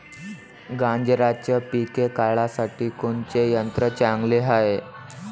गांजराचं पिके काढासाठी कोनचे यंत्र चांगले हाय?